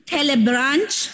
Telebranch